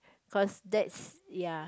cause that's ya